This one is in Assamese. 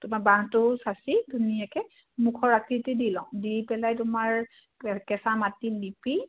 তোমাৰ বাঁহটোও চাঁচি ধুনীয়াকৈ মুখৰ আকৃতি দি লওঁ দি পেলাই তোমাৰ কেঁচা মাটি লিপি